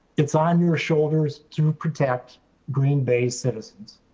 it's on your shoulders to protect green bay citizens.